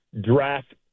draft